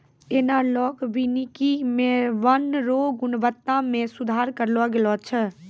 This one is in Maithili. एनालाँक वानिकी मे वन रो गुणवत्ता मे सुधार करलो गेलो छै